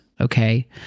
Okay